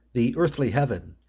the earthly heaven,